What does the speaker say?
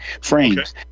frames